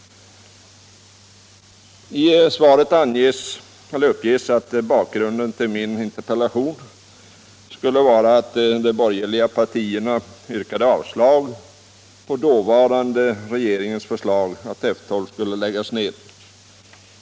I svaret uppges att bakgrunden till min interpellation skulle vara att de borgerliga partierna yrkade avslag på dåvarande regeringens förslag att F 12 skulle läggas ned.